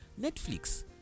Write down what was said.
Netflix